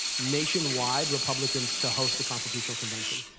nationwide, republicans to host a constitutional convention,